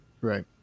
Right